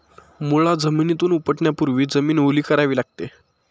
मुळा जमिनीतून उपटण्यापूर्वी जमीन ओली करावी लागते